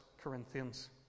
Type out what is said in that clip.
Corinthians